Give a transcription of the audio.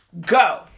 go